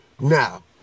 now